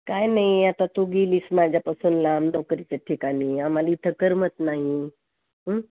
काय नाही आता तू गेलीस माझ्यापासून लांब नोकरीच्या ठिकाणी आम्हाला इथं करमत नाही